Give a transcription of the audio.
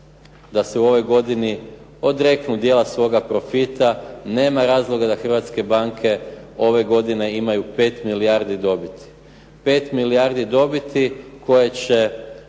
da se u ovoj godini odreknu dijela svoga profita. Nema razloga da hrvatske banke ove godine imaju 5 milijardi dobiti. 5 milijardi dobiti koje će